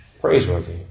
praiseworthy